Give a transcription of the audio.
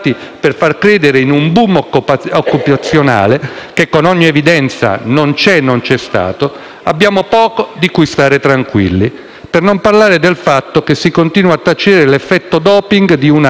per far credere in un *boom* occupazionale che con ogni evidenza non c'è e non c'è stato, abbiamo poco di cui stare tranquilli. Per non parlare del fatto che si continua a tacere dell'effetto *doping* di una